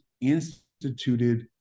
instituted